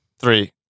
three